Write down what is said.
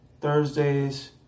Thursdays